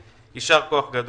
יישר כוח גדול.